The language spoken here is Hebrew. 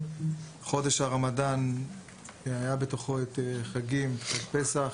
-- חודש הרמדאן שהיה בתוכו את חג הפסח,